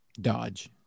Dodge